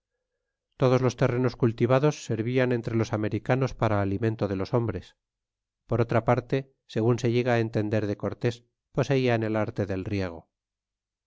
todos los terrenos cultivados servían entre los americanos para alimento de los hombres por otra parte segun se llegad entender de cortés poseian el arte del riego